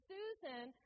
Susan